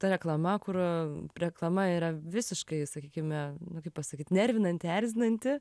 ta reklama kur reklama yra visiškai sakykime nu kaip pasakyt nervinanti erzinanti